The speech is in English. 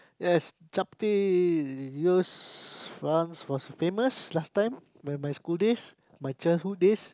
yes cahpteh it was fun for famous last time when my school days my childhood days